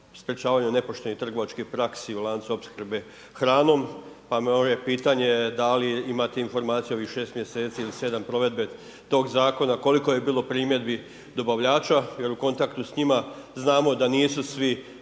sprječavanju nepoštenih trgovačkih praksi u lancu opskrbe hranom, pa me ovo pitanje da li imate informaciju od ovih šest mjeseci ili sedam provedbe tog zakona koliko je bilo primjedbi dobavljača, jer u kontaktu s njima, znamo da nisu sve